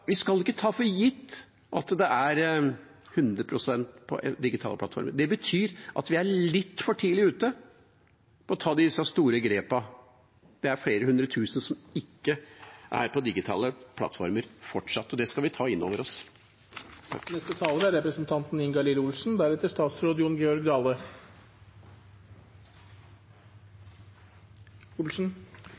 Vi skal ikke ta for gitt at hundre prosent er på digitale plattformer. Det betyr at vi er litt for tidlig ute med å ta disse store grepene. Det er fortsatt flere hundre tusen som ikke er på digitale plattformer, og det skal vi ta inn over oss. Representanten Dagfinn Henrik Olsen